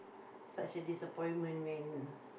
such a disappointment when